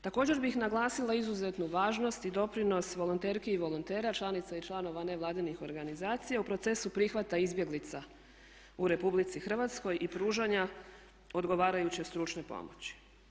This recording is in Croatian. Također bih naglasila izuzetnu važnost i doprinos volonterki i volontera članica i članova nevladinih organizacija u procesu prihvata izbjeglica u Republici Hrvatskoj i pružanja odgovarajuće stručne pomoći.